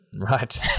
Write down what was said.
right